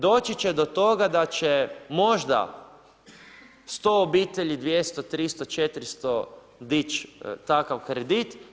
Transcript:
Doći će do toga da će možda 100 obitelji, 200, 300, 400 dići takav kredit.